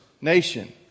nation